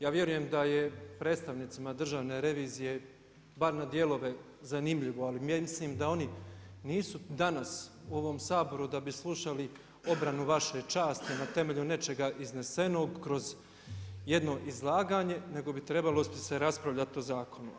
Ja vjerujem da je predstavnicima Državne revizije bar na dijelove zanimljivo, ali mislim da oni nisu danas u ovom Saboru da bi slušali obranu vaše časti, na temelju nečega iznesenog kroz jedno izlaganje, nego bi trebalo bi se raspravljati o zakonu.